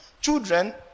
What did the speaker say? children